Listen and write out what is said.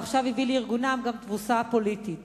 ועכשיו הביא לארגונו גם תבוסה פוליטית.